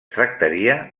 tractaria